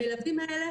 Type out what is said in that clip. המלווים האלה